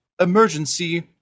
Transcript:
emergency